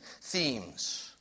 themes